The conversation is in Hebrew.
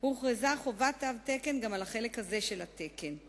הוכרזה חובת תו תקן גם על החלק הזה של התקן.